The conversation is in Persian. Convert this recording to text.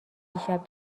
دیشب